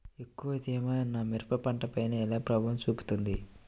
ఎక్కువ తేమ నా మిరప పంటపై ఎలా ప్రభావం చూపుతుంది?